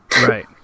right